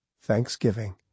Thanksgiving